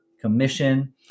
commission